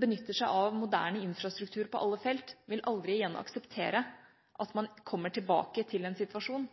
benytter seg av moderne infrastruktur på alle felt, vil aldri igjen akseptere at man kommer tilbake til en situasjon